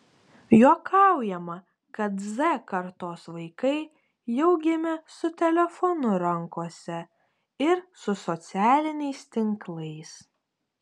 juokaujama kad z kartos vaikai jau gimė su telefonu rankose ir su socialiniais tinklais